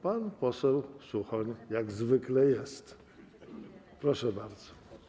Pan poseł Suchoń jak zwykle jest, więc proszę bardzo.